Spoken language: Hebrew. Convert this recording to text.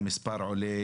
המספר עולה,